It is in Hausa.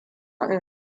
in